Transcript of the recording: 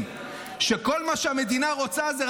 שכל מה שהמדינה רוצה זה,